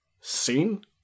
seen